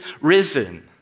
risen